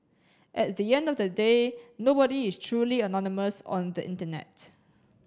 at the end of the day nobody is truly anonymous on the Internet